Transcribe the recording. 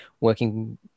working